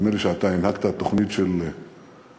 נדמה לי שאתה הנהגת תוכנית של טיולים